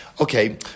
Okay